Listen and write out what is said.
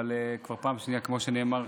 אבל כמו שנאמר,